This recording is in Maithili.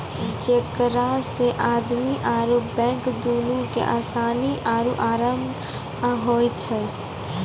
जेकरा से आदमी आरु बैंक दुनू के असानी आरु अराम होय छै